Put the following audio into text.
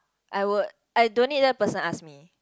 I would I don't need that person ask me